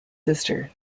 sister